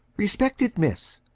respected miss,